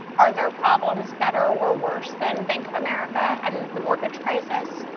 are there problems better or worse than bank of america and the mortgage crisis?